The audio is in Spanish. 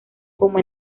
como